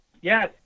Yes